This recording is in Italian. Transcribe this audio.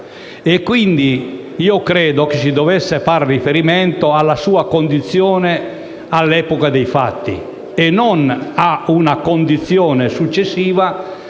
e quindi credo si dovesse far riferimento alla sua condizione all'epoca dei fatti e non a una condizione successiva